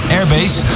Airbase